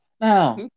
Now